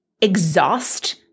exhaust